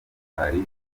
hari